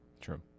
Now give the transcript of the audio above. True